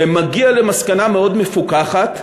ומגיע למסקנה מאוד מפוקחת,